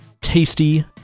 tasty